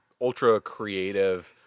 ultra-creative